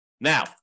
Now